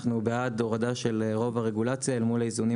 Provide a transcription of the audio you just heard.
קודם כל אנחנו בעד הורדה של רוב הרגולציה אל מול האיזונים